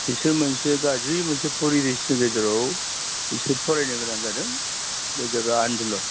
बिसोर मोनसे गाज्रि मोनसे परिबेसनि गेजेराव बिसोर फरायनो गोनां जादों बे जाबाय आन्दलन